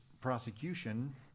prosecution